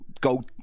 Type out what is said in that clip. go